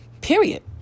period